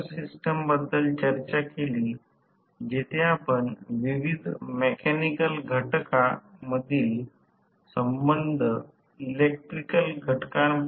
जास्तीत जास्त शक्ती बदलाचे प्रमेय वापरा आकृती 3 वर जा आणि एक अट ते तयार करू शकते